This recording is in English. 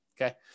Okay